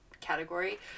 category